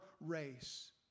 race